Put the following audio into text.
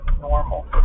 normal